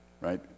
Right